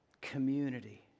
Community